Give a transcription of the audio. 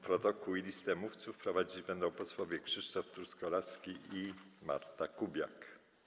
Protokół i listę mówców prowadzić będą posłowie Krzysztof Truskolaski i Marta Kubiak.